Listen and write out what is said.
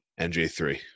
nj3